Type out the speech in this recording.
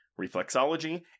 reflexology